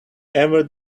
ever